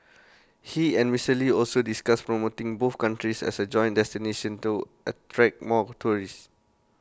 he and Mister lee also discussed promoting both countries as A joint destination to attract more tourists